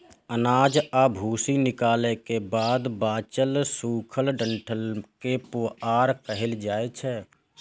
अनाज आ भूसी निकालै के बाद बांचल सूखल डंठल कें पुआर कहल जाइ छै